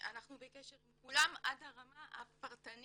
אנחנו בקשר עם כולם עד הרמה הפרטנית